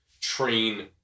train